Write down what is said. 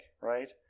right